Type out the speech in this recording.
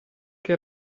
che